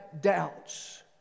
doubts